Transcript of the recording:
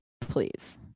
Please